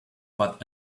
but